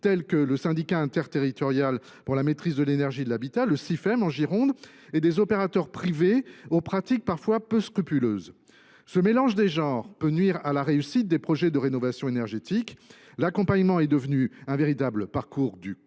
Gironde, le syndicat interterritorial pour la maîtrise de l’énergie et de l’habitat (Siphem) et des opérateurs privés aux pratiques parfois peu scrupuleuses. Ce mélange des genres peut nuire à la réussite des projets de rénovation énergétique. L’accompagnement est devenu un véritable parcours du combattant,